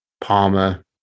Palmer